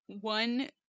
one